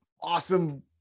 awesome